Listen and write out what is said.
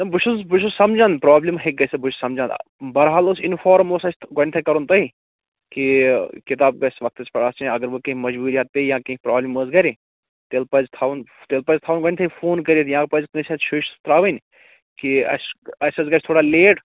نہ بہٕ چھُس بہٕ چھُس سَمجان پرٛابلِم ہیٚکہِ گٔژھِتھ بہٕ چھُس سَمجان بارحال اوس اِنفارٕم اوس اسہِ گۄڈنیٚتھ کَرُن تۅہہِ کہِ کِتاب گَژھِ وَقتَس پیٚٹھ اَتھ چھِ اگر وۅنۍ کیٚنٛہہ مَجبوٗریات پیٚیہِ یا کیٚنٛہہ پرٛابلِم ٲس گَرِ تیٚلہِ پَزِ تھاوُن تیٚلہِ پَزِ تھاوُن گۄڈنٮ۪تھٕے فون کٔرِتھ یا پَزِ کٲنٛسہِ اَتھۍ شیٚش ترٛاوٕنۍ کہِ اَسہِ اسہِ حظ گَژھِ تھوڑا لیٹ